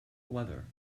weather